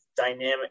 dynamic